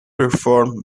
perform